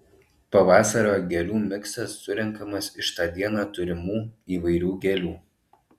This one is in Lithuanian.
pavasario gėlių miksas surenkamas iš tą dieną turimų įvairių gėlių